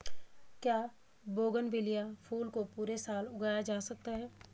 क्या बोगनविलिया फूल को पूरे साल उगाया जा सकता है?